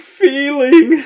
feeling